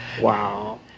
Wow